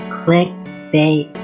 clickbait